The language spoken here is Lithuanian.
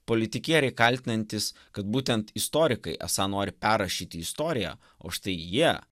politikieriai kaltinantys kad būtent istorikai esą nori perrašyti istoriją o štai jie